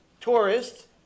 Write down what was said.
tourists